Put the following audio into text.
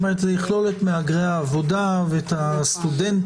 זה יכלול את מהגרי עבודה, את הסטודנטים,